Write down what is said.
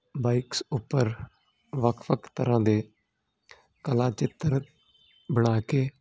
bikes ਉਪਰ ਵੱਖ ਵੱਖ ਤਰ੍ਹਾਂ ਦੇ ਕਲਾ ਚਿੱਤਰ ਬਣਾ ਕੇ